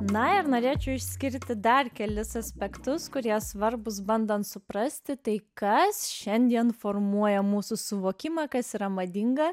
na ir norėčiau išskirti dar kelis aspektus kurie svarbūs bandant suprasti tai kas šiandien formuoja mūsų suvokimą kas yra madinga